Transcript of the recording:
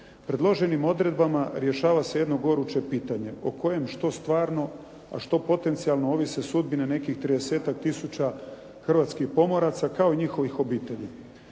Predloženim odredbama rješava se jedno goruće pitanje o kojem što stvarno a što potencijalno ovise sudbine nekih 30-tak tisuća hrvatskih pomoraca kao i njihovih obitelji.